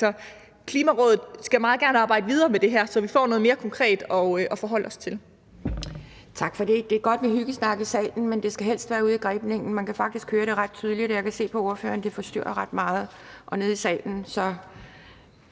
Klimarådet skal meget gerne arbejde videre med det her, så vi får noget mere konkret at forholde os til. Kl. 12:33 Anden næstformand (Pia Kjærsgaard): Tak for det. Det er godt med hyggesnak i salen, men det skal helst være ude i Grebningen. Man kan faktisk høre det ret tydeligt, og jeg kan se på ordføreren, at det forstyrrer ret meget her og nede i salen. Så